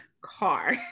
car